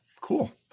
cool